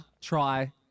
try